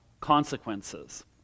consequences